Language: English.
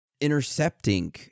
intercepting